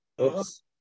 Oops